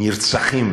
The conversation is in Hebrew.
נרצחים